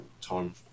Time